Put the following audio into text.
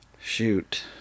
Shoot